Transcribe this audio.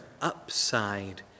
upside